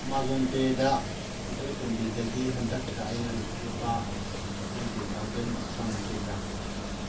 Amazon ꯄꯦꯗ ꯏꯕꯣꯇꯣꯝꯕꯤꯗꯒꯤ ꯍꯟꯗꯛꯇ ꯑꯩꯅ ꯂꯨꯄꯥ ꯁꯕꯦꯟꯇꯤ ꯊꯥꯎꯖꯟ ꯐꯪꯈꯤꯕ꯭ꯔꯥ